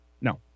No